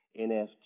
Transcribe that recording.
NFT